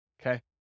okay